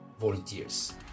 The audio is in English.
volunteers